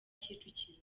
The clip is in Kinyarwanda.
kicukiro